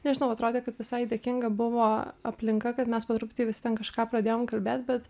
nežinau atrodė kad visai dėkinga buvo aplinka kad mes po truputį vis kažką pradėjom kalbėt bet